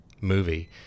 movie